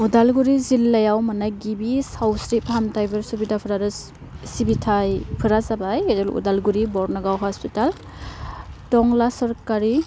उदालगुरि जिल्लायाव मोन्नाय गिबि सावस्रि फाहामथायफोर सुबिदाफोर आरो सिबिथायफोरा जाबाय उदालगुरि बरनागाव हस्पिटाल टंला सरखारि